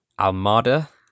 Almada